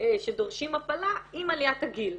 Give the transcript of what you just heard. שדורשים הפלה עם עליית הגיל.